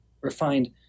refined